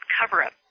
cover-up